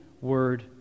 word